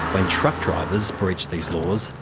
when truck drivers breach these laws,